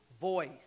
voice